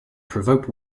provoked